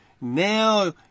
Now